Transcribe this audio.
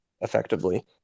effectively